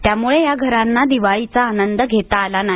त्यामुळे या घरांना दिवाळीचा आनंद घेता आला नाही